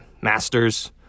masters